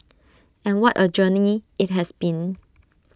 and what A journey IT has been